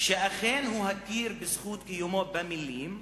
שאכן הוא הכיר בזכות קיומו במלים,